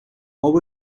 how